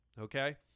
Okay